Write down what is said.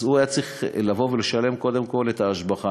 אז הוא היה צריך לשלם קודם כול את היטל ההשבחה.